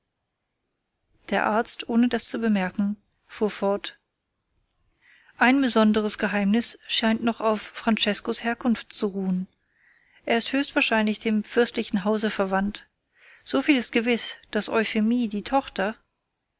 der arzt ohne das zu bemerken fuhr fort ein besonderes geheimnis scheint noch auf franceskos herkunft zu ruhen er ist höchstwahrscheinlich dem fürstlichen hause verwandt so viel ist gewiß daß euphemie die tochter